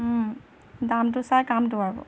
দামটো চাই কামটো আৰু